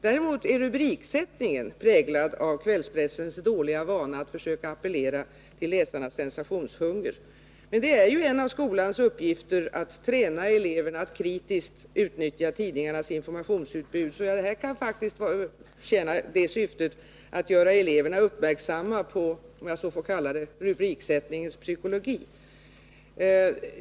Däremot är rubriksättningen präglad av kvällspressens dåliga vana att försöka appellera till läsarnas sensationshunger. Men det är ju en av skolans uppgifter att träna eleverna att kritiskt utnyttja tidningarnas informations utbud. Så det här kan faktiskt tjäna syftet att göra eleverna uppmärksamma på rubriksättningens psykologi, om jag får kalla det så.